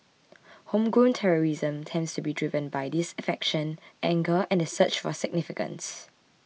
homegrown terrorism tends to be driven by disaffection anger and the search for significance